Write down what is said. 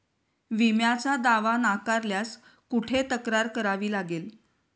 विम्याचा दावा नाकारल्यास कुठे तक्रार करावी लागेल?